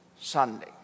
Sunday